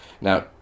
Now